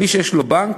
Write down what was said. מי שיש לו בנק,